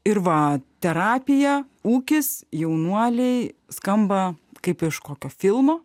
ir va terapija ūkis jaunuoliai skamba kaip iš kokio filmo